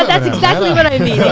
that's exactly what i